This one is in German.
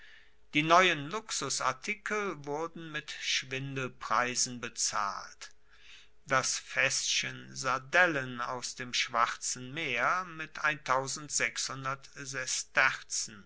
die neuen luxusartikel wurden mit schwindelpreisen bezahlt das faesschen sardellen aus dem schwarzen meer mit